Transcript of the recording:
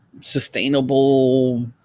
sustainable